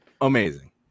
Amazing